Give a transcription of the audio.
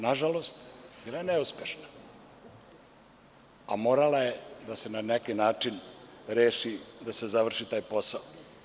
Nažalost, bila je neuspešna ova, a morala je da se na neki način reši, da se završi taj posao.